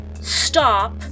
stop